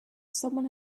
someone